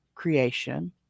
creation